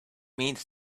means